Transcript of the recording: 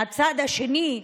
מהצד השני,